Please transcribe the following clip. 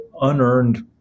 unearned